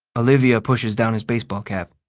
olivia pushes down his baseball cap.